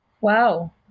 Wow